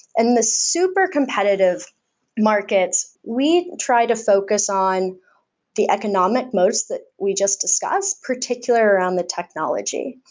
and the super competitive markets, we try to focus on the economic moats that we just discussed, particular on the technology.